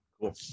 cool